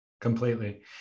Completely